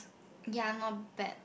ya not bad